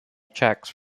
checks